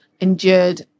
endured